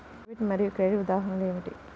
Debit మరియు credit ఉదాహరణలు ఏమిటీ?